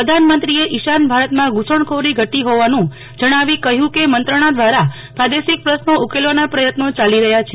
પ્રધાનમંત્રીએ ઈશાન ભારતમાં ધુસણખોરી ઘટી હોવાનું જણાવીને કહ્યુ કે મંત્રણાદ્રારા પ્રાદેશિક પ્રશ્નો ઉકેલવાના પ્રયત્નો યાલી રહ્યા છે